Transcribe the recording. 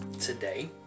today